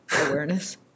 awareness